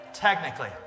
Technically